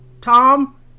Tom